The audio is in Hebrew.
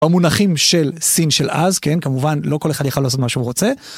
המונחים של סין של אז כן כמובן לא כל אחד יכל לעשות מה שהוא רוצה.